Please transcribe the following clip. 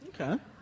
Okay